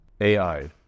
AI